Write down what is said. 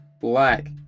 Black